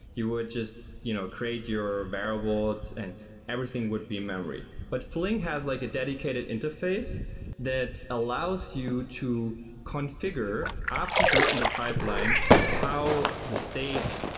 you would just you know create your variables and everything would be memory. but flink has like a dedicated interface that allows you to configure after you've written the pipeline how the state,